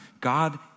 God